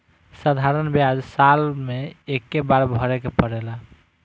साधारण ब्याज साल मे एक्के बार भरे के पड़ेला